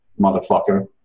motherfucker